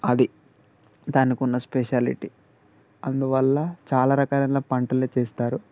అది దానికి ఉన్న స్పెషాలిటీ అందువల్ల చాలా రకాలయిన పంటలు తీస్తారు